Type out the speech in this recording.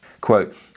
Quote